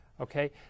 Okay